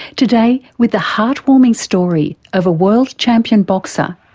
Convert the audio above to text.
today with the heart-warming story of a world champion boxer,